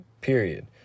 period